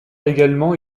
également